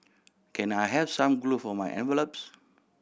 can I have some glue for my envelopes